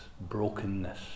brokenness